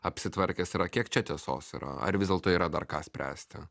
apsitvarkęs yra kiek čia tiesos yra ar vis dėlto yra dar ką spręsti